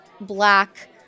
black